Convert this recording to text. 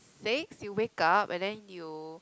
six you wake up and then you